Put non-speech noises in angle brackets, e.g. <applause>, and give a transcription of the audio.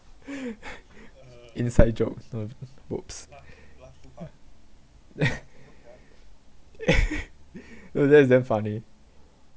inside jokes whoops <laughs> know that is damn funny